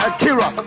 Akira